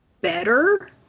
better